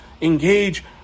Engage